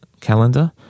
calendar